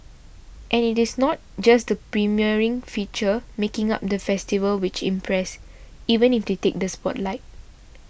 and it is not just the premiering features making up the festival which impress even if they take the spotlight